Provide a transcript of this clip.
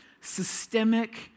systemic